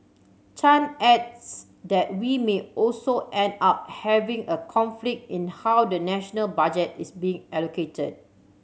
Chan adds that we may also end up having a conflict in how the national budget is being allocated